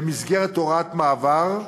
במסגרת הוראת מעבר,